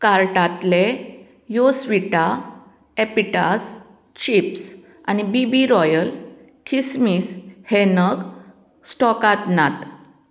कार्टांतले योस्विटा एपिटास चिप्स आनी बी बी रॉयल खीसमीस हे नग स्टॉकांत नात